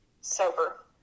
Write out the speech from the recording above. Sober